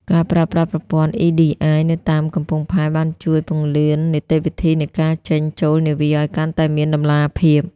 ការប្រើប្រាស់ប្រព័ន្ធ EDI នៅតាមកំពង់ផែ បានជួយពន្លឿននីតិវិធីនៃការចេញ-ចូលនាវាឱ្យកាន់តែមានតម្លាភាព។